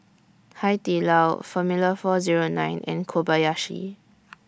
Hai Di Lao Formula four Zero nine and Kobayashi